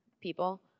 People